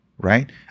right